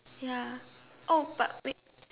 ya oh but wait